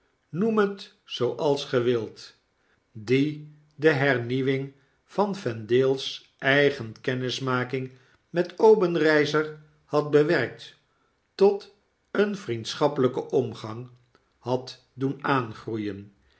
noem het zooals ge wilt die de hernieuwing van vendale's eigen kennismaking met obenreizer had bewerkt tot een vriendschappelyken omgang had doen aangroeien